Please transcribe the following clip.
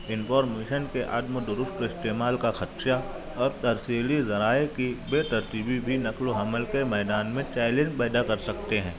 information کے عدم و دست استعمال کا خدشہ اور ترسیلی ذرائع کی بے ترتیبی بھی نقل و حمل کے میدان میں چیلنج پیدا کر سکتے ہیں